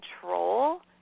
control